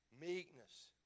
meekness